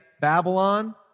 Babylon